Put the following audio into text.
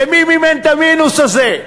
ומי מימן את המינוס הזה?